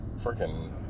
freaking